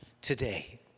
today